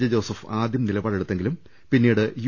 J Joseph ആദ്യം നിലപാടെടുത്തെങ്കിലും പിന്നീട് യു